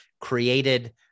created